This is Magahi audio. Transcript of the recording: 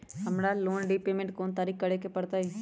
हमरा लोन रीपेमेंट कोन तारीख के करे के परतई?